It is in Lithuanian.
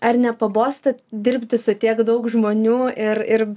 ar nepabosta dirbti su tiek daug žmonių ir ir